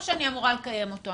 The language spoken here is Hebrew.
או שאני אמורה לקיים אותו?